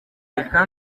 reka